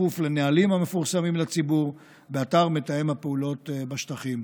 בכפוף לנהלים המפורסמים לציבור באתר מתאם הפעולות בשטחים.